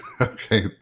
Okay